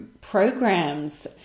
programs